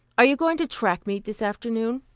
are you going to track meet this afternoon?